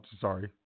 sorry